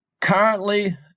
Currently